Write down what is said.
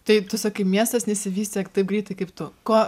tai tu sakai miestas nesivystė taip greitai kaip tu ko